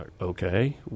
Okay